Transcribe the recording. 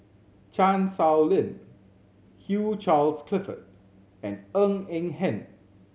Chan Sow Lin Hugh Charles Clifford and Ng Eng Hen